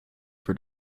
for